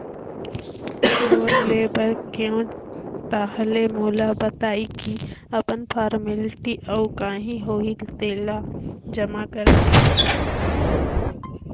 loan ले बर गेंव ताहले मोला बताइस की अपन फारमेलटी अउ काही होही तेला जमा कर देबे